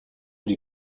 die